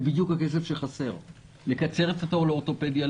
זה בדיוק הכסף שחסר כדי לקצר את התור לאורתופדיה,